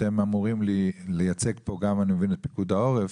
אתם אמורים לייצג פה גם את פיקוד העורף,